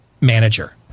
manager